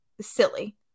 silly